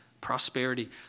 Prosperity